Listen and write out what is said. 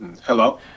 Hello